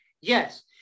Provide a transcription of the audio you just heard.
yes